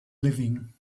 living